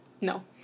No